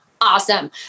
Awesome